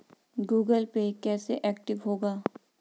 Google Pay कैसे active होगा?